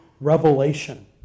revelation